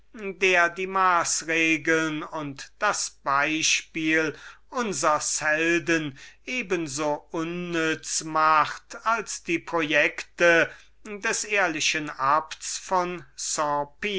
der die maßregeln und das beispiel unsers helden eben so unnütz macht als die projekte des guten abts von